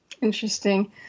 Interesting